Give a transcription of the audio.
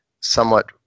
somewhat